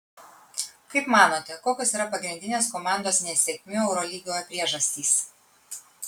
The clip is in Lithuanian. kaip manote kokios yra pagrindinės komandos nesėkmių eurolygoje priežastys